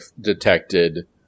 detected